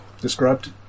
described